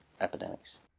epidemics